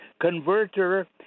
converter